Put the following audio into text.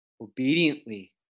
obediently